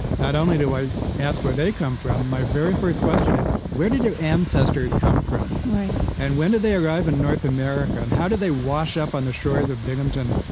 not only do i ask where they come from, my very first question is where did your ancestors come from and when did they arrive in north america and how did they wash up on the shores of binghamton,